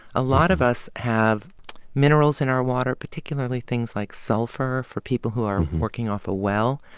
a lot of us have minerals in our water, particularly things like sulfur for people who are working off a well.